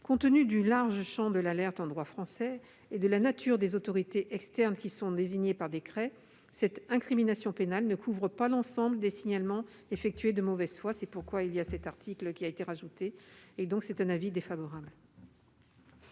Compte tenu du large champ de l'alerte en droit français et de la nature des autorités externes qui sont désignées par décret, cette incrimination pénale ne couvre pas l'ensemble des signalements effectués de mauvaise foi. C'est ce qui justifie l'insertion de cet article. Avis défavorable